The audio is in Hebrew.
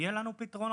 יהיו לנו פתרונות.